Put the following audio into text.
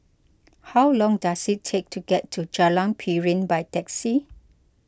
how long does it take to get to Jalan Piring by taxi